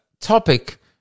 topic